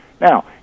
Now